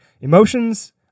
emotions